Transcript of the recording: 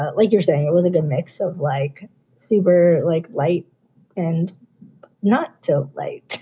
um like you're saying, it was a good mix of, like sieber, like light and not too late.